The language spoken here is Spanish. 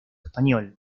español